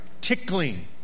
tickling